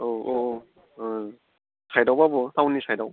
औ औ औ ओं साइडआवबाबो टाउननि साइडआव